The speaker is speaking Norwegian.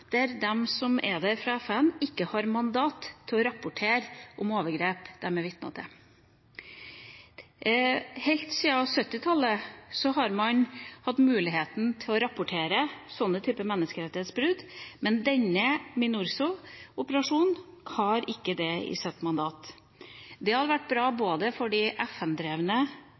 der fra FN, ikke har mandat til å rapportere om overgrep de er vitne til. Helt sida 1970-tallet har man hatt muligheten til å rapportere slike typer menneskerettighetsbrudd, men denne FN-operasjonen, MINURSO, har ikke det i sitt mandat. Det hadde vært bra både for de